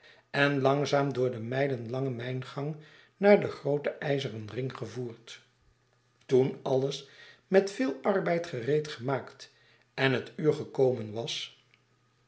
en langzaam door den mijlenlangen mijngang naar den grooten ijzeren ring gevoerd toen alles met veel arbeid gereedgemaakt en het uur gekomen was